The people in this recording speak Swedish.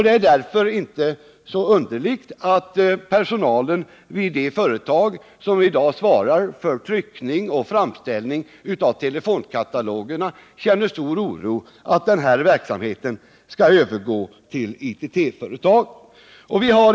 Det är därför inte så underligt att personalen vid de företag som i dag svarar för tryckning och framställning av telefonkatalogerna känner stor oro för att den här verksamheten skall övergå till ITT-företaget.